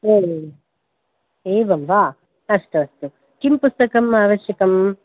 ओ एवं वा अस्तु अस्तु किं पुस्तकम् आवश्यकम्